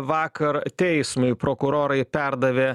vakar teismui prokurorai perdavė